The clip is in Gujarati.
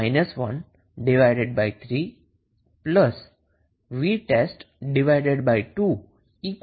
53 vtest2 1 મળે છે